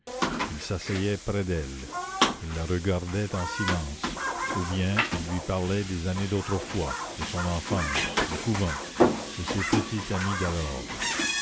il s'asseyait près d'elle il la regardait en silence ou bien il lui parlait des années d'autrefois de son enfance du couvent de ses petites amies d'alors